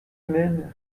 même